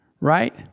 Right